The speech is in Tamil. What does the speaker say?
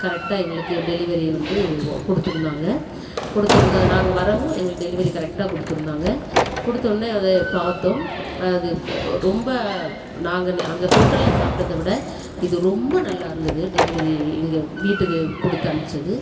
கரெக்டாக எங்களுக்கு டெலிவரி வந்து கொடுத்துருந்தாங்க கொடுத்துருந்து நாங்கள் வரவும் எங்களுக்கு டெலிவரி கரெக்டாக கொடுத்துருந்தாங்க கொடுத்தவொன்னே பார்த்தோம் அது ரொம்ப நாங்கள் அங்கே ஹோட்டலில் சாப்பிட்டதை விட இது ரொம்ப நல்லாயிருந்துது டெலிவரி இங்கே வீட்டுக்கு கொடுத்தம்ச்சது